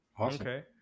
Okay